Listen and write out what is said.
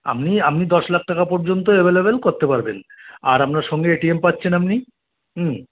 আপনি আপনি দশ লাখ টাকা পর্যন্ত এভেলেবেল করতে পারবেন আর আপনার সঙ্গে এ টি এম পাচ্ছেন আপনি হুম